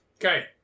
Okay